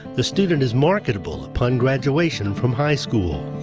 the student is marketable upon graduation from high school.